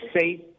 safe